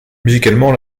musicalement